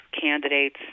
candidates